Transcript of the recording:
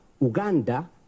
Uganda